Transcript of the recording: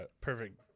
perfect